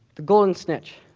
the golden snitch.